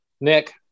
Nick